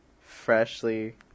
freshly